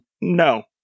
No